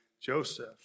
Joseph